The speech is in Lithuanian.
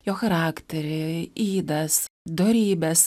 jo charakterį ydas dorybes